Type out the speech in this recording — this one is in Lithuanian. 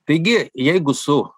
taigi jeigu su